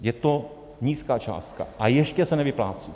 Je to nízká částka, a ještě se nevyplácí.